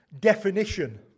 definition